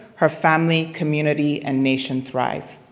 her family, community, and nation thrive.